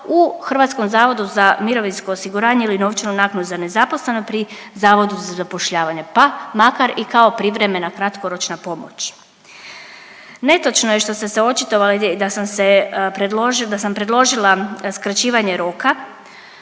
u Hrvatskom zavodu za mirovinsko osiguranje ili novčanu naknadu za nezaposlene pri Zavodu za zapošljavanje pa makar i kao privremena kratkoročna pomoć. Netočno je što ste se očitovali da sam se, da sam predložila skraćivanje roka